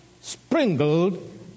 sprinkled